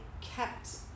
kept